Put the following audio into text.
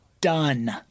done